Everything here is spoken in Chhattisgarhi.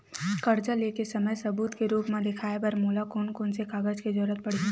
कर्जा ले के समय सबूत के रूप मा देखाय बर मोला कोन कोन से कागज के जरुरत पड़ही?